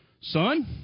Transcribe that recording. Son